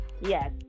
Yes